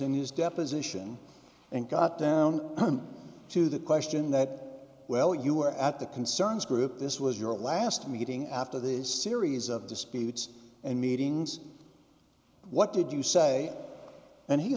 in his deposition and got down to that question that well you were at the concerns group this was your last meeting after these series of disputes and meetings what did you say and he